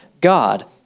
God